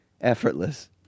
effortless